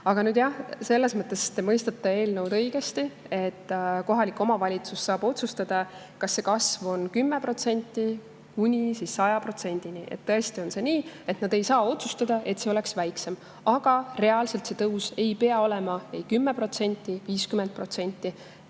Aga jah, selles mõttes te mõistate eelnõu õigesti, et kohalik omavalitsus saab otsustada, kas see kasv on näiteks 10% või 100%. Ja tõesti, nad ei saa otsustada, et see on väiksem. Aga reaalselt see tõus ei pea olema ei 10%, 50%,